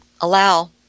allow